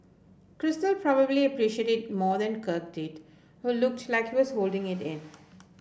crystal probably appreciated it more than Kirk did who looks like he was holding it in